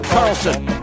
Carlson